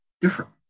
different